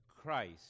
Christ